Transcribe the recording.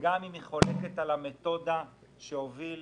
והמתודה שהוביל